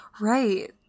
Right